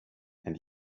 and